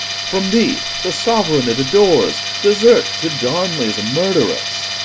from thee, the sovereign it adores, desert to darnley's murderess?